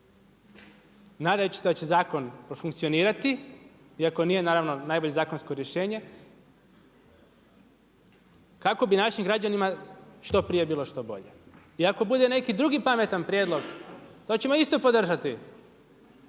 nadajući se da će zakon profunkcionirati iako nije naravno najbolje zakonsko rješenje kako bi našim građanima što prije bilo što bolje. I ako bude neki drugi pametan prijedlog to ćemo isto podržati,